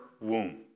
womb